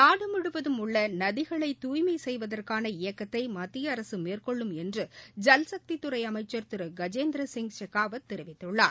நாடு முழுவதும் உள்ள நதிகளை தூய்மை செய்வதற்கான இயக்கத்தை மத்திய அரசு மேற்கொள்ளும் என்று ஐல்சக்தித்துறை அமைச்சர் திரு கஜேந்திரசிங் ஷெக்காவத் தெரிவித்துள்ளார்